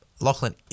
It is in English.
Lachlan